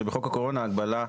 שבחוק הקורונה ההגבלה,